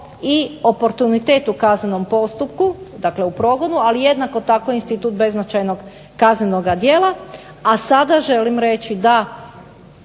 i oportunitet u kaznenom postupku, dakle u progonu, ali jednako tako i institut beznačajnog kaznenoga dijela. A sada želim reći da